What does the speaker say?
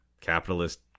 capitalist